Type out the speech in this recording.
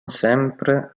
sempre